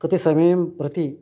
कति समयं प्रति